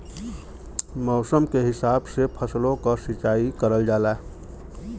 मौसम के हिसाब से फसलो क सिंचाई करल जाला